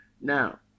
Now